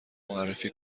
معرفی